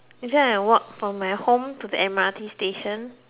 usually I walk from my home to the M_R_T station